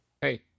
Hey